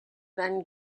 van